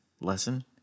lesson